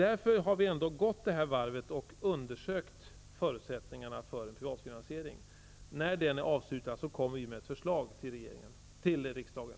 Vi har därför gått detta varv och undersökt förutsättningarna för en privatfinansiering. När arbetet är avslutat skall vi komma med ett förslag till riksdagen.